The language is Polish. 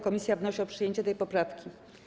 Komisja wnosi o przyjęcie tej poprawki.